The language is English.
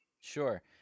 Sure